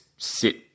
sit